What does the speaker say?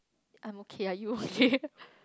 I'm okay lah you okay